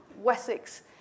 Wessex